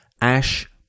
ash